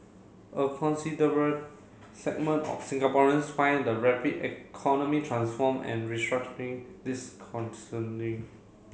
a considerable segment of Singaporeans find the rapid economic transform and restructuring disconcerting